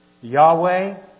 Yahweh